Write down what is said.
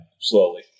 slowly